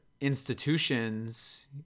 institutions